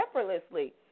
effortlessly